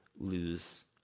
lose